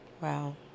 Wow